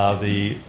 ah the